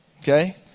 Okay